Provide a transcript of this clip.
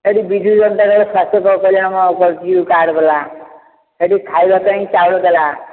ଏଠି ବିଜୁ ଜନତା ଦଳ ସ୍ୱାସ୍ଥ୍ୟ କଲ୍ୟାଣ କରିଛି ଯେଉଁ କାର୍ଡ ଦେଲା ସେଇଠି ଖାଇବା ପାଇଁ ଚାଉଳ ଦେଲା